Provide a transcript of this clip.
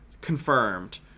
confirmed